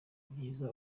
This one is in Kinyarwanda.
byiza